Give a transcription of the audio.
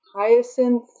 Hyacinth